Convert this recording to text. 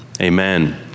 amen